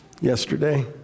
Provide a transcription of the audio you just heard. yesterday